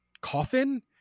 coffin